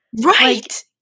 Right